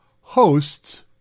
hosts